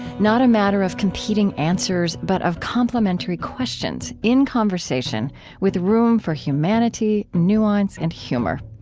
not a matter of competing answers, but of complementary questions in conversation with room for humanity, nuance, and humor.